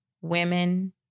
women